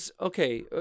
Okay